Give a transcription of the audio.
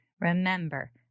remember